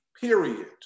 period